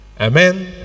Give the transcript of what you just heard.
Amen